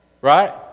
Right